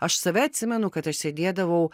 aš save atsimenu kad aš sėdėdavau